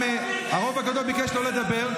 הרוב הגדול ביקש לא לדבר.